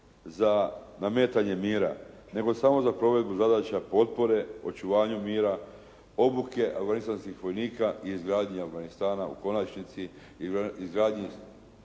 za nametanje mjera nego samo za provedbu zadaća potpore, očuvanju mira, obuke afganistanskih vojnika i izgradnje Afganistana u konačnici i izgradnji